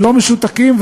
ולא משותקים,